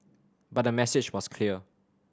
but the message was clear